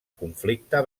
conflicte